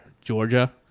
Georgia